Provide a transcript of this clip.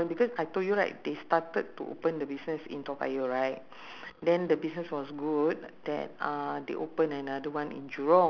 uh sunny side egg with uh black sauce and and uh raw vegetable ah raw veg~ I'm okay